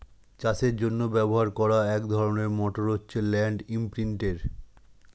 চাষের জন্য ব্যবহার করা এক ধরনের মোটর হচ্ছে ল্যান্ড ইমপ্রিন্টের